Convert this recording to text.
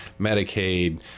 Medicaid